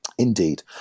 indeed